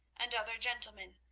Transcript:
and other gentlemen,